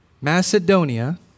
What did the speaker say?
Macedonia